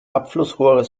abflussrohre